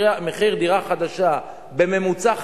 מחיר דירה חדשה בממוצע,